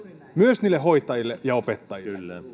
myös niille hoitajille ja